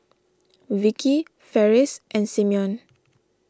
Vicky Ferris and Simeon